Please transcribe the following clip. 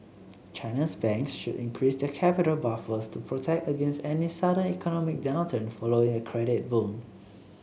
China's banks should increase the capital buffers to protect against any sudden economic downturn following a credit boom